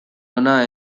ona